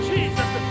Jesus